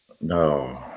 no